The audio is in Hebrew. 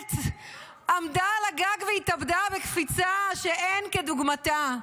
באמת עמדה על הגג והתאבדה בקפיצה שאין כדוגמתה.